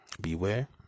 beware